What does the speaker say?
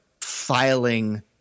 filing